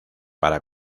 para